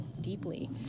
deeply